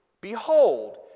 Behold